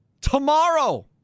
Tomorrow